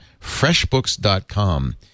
FreshBooks.com